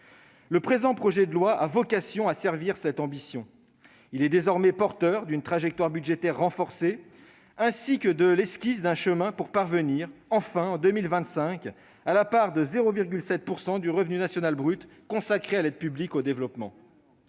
Le présent projet de loi a vocation à servir cette ambition. Il est désormais porteur d'une trajectoire budgétaire renforcée, ainsi que de l'esquisse d'un chemin pour parvenir enfin, en 2025, à une part de 0,7 % du RNB consacrée à l'APD ; il prévoit